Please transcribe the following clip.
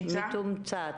ניצה בתמצית.